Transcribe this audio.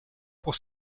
pour